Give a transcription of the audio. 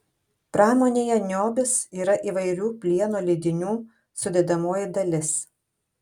pramonėje niobis yra įvairių plieno lydinių sudedamoji dalis